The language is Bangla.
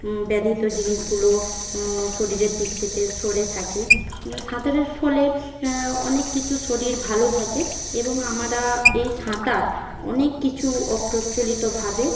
ব্যাধিত জিনিসগুলো শরীরের দিক থেকে সরে থাকে সাঁতারের ফলে অনেক কিছু শরীর ভালো থাকে এবং আমরা এই সাঁতার অনেক কিছু অপ্রচলিতভাবে